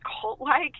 cult-like